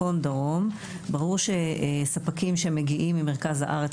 ברור שספקים שמגיעים ממרכז ומצפון הארץ,